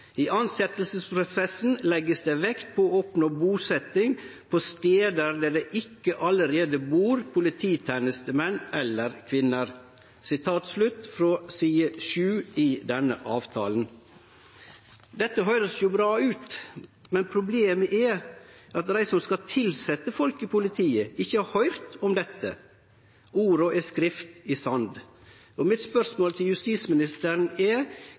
I ansettelsesprosessen legges det vekt på å oppnå bosetting på steder der det ikke allerede bor polititjenestemenn eller -kvinner.» Dette høyrest jo bra ut, men problemet er at dei som skal tilsetje folk i politiet, ikkje har høyrt om dette. Orda er skrift i sand. Mitt spørsmål til justisministeren er: